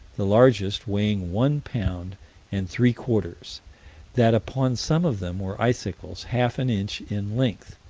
the largest weighing one pound and three-quarters that upon some of them were icicles half an inch in length.